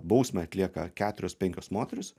bausmę atlieka keturios penkios moterys